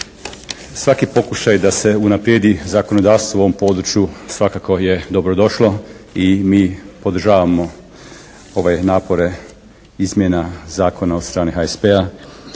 Svaki pokušaj da se unaprijed zakonodavstvo u ovom području svakako je dobrodošlo i mi podržavamo ove napore izmjene zakona od strane HSP-a.